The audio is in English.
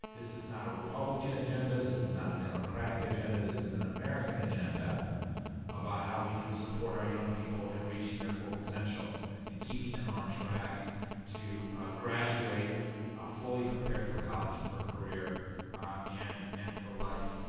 this is not a republican agenda. this is not a democratic agenda. this is an american agenda about how we can support our young people in reaching their full potential and keeping them on track to graduate ah fully prepared for college and for career and and for life.